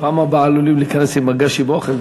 בפעם הבאה עלולים להיכנס עם מגש עם אוכל,